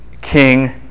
king